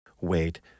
Wait